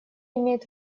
имеет